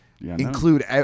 include